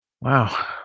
Wow